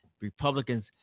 Republicans